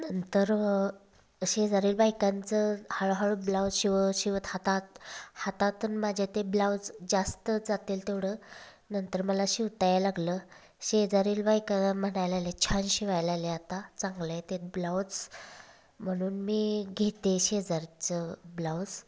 नंतर शेजारील बायकांचं हळूहळू ब्लाउज शिवतशिवत हातात हातातून माझ्या ते ब्लाऊज जास्त जातील तेवढं नंतर मला शिवता यायला लागलं शेजारील बायका म्हनायलायले छान शिवायलायले आत्ता चांगले येतेत ब्लाउज म्हणून मी घेते शेजारचं ब्लाउज